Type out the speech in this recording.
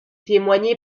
témoigné